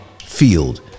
field